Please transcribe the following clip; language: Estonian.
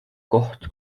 koht